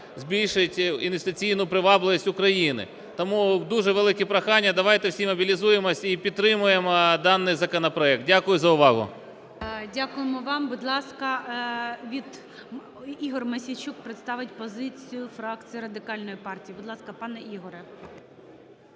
збільшить інвестиційну привабливість України. Тому дуже велике прохання: давайте всі мобілізуємось і підтримаємо даний законопроект. Дякую за увагу. ГОЛОВУЮЧИЙ. Дякуємо вам. Будь ласка, від… Ігор Мосійчук представить позицію фракції Радикальної партії. Будь ласка, пане Ігоре,